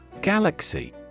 Galaxy